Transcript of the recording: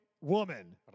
woman